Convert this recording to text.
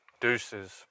Deuces